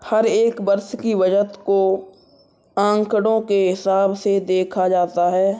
हर एक वर्ष की बचत को आंकडों के हिसाब से देखा जाता है